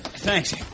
Thanks